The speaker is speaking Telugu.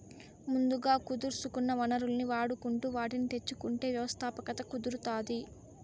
ముందుగా కుదుర్సుకున్న వనరుల్ని వాడుకుంటు వాటిని తెచ్చుకుంటేనే వ్యవస్థాపకత కుదురుతాది